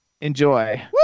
Enjoy